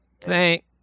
thank